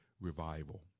revival